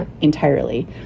entirely